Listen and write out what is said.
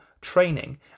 training